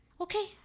Okay